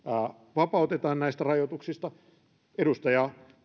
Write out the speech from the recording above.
vapautetaan näistä rajoituksista perussuomalaisten puheenjohtajan edustaja